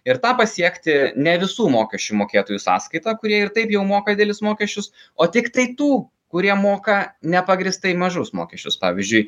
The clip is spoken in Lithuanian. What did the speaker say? ir tą pasiekti ne visų mokesčių mokėtojų sąskaita kurie ir taip jau moka didelius mokesčius o tiktai tų kurie moka nepagrįstai mažus mokesčius pavyzdžiui